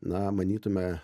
na manytume